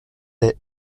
est